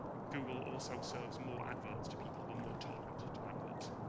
google also serves more adverts to people who are more tolerant to adverts